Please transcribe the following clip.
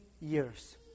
years